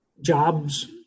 jobs